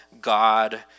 God